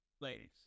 ladies